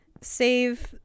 save